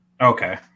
Okay